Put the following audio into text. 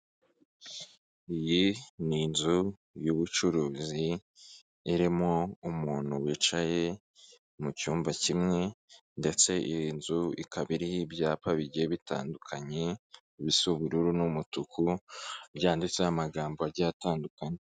Iyi ni inzu y'ubucuruzi, irimo umuntu wicaye mu cyumba kimwe ndetse iyi nzu ikaba iriho ibyapa bigiye bitandukanye, bisa ubururu n'umutuku, byanditseho amagambo agiye atandukanye.